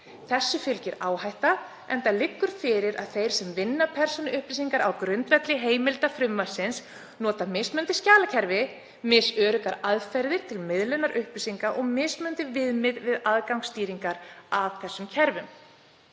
Þessu fylgir áhætta enda liggur fyrir að þeir sem vinna persónuupplýsingar á grundvelli heimilda frumvarpsins nota mismunandi skjalakerfi, misöruggar aðferðir til miðlunar upplýsinga og mismunandi viðmið við aðgangsstýringar að þessum kerfum.“